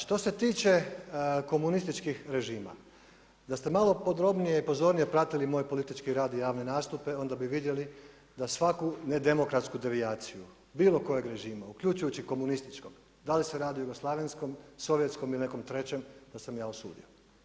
Što se tiče komunističkih režima, da ste malo podrobnije i pozornije pratili moj politički rad i javne nastupe, onda bi vidjeli da svaku nedemokratsku devijaciju, bilo kojeg režima, uključujući komunističkog, da li se radi o jugoslavenskom, sovjetskom ili nekom trećem da sam ja osudio.